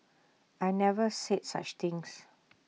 I never said such things